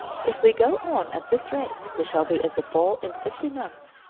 if we go on at this rate we shall be at the pole in fifty months.